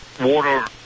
water